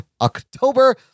October